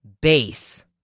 base